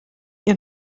ihr